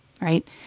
right